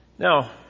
Now